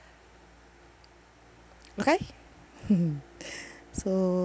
okay so